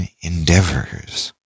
endeavors